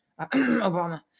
Obama